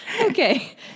okay